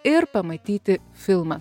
ir pamatyti filmą